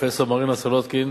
פרופסור מרינה סולודקין,